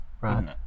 right